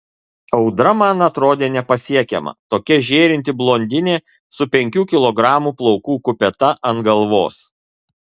audra man atrodė nepasiekiama tokia žėrinti blondinė su penkių kilogramų plaukų kupeta ant galvos